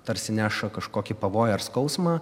tarsi neša kažkokį pavojų ar skausmą